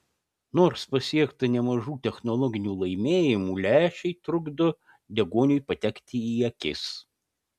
nors pasiekta nemažų technologinių laimėjimų lęšiai trukdo deguoniui patekti į akis